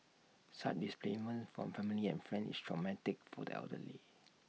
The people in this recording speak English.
such displacement from family and friends is traumatic for the elderly